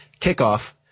kickoff